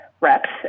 reps